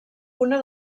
una